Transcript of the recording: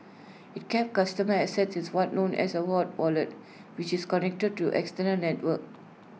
IT kept customer assets in what's known as A war wallet which is connected to external networks